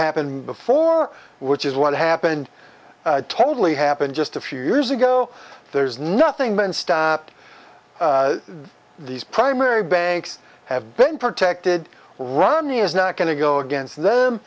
happened before which is what happened totally happened just a few years ago there's nothing been stopped these primary banks have been protected romney is not going to go against them